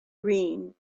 green